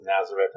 Nazareth